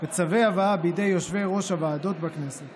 וצווי הבאה בידי יושבי-ראש הוועדות בכנסת,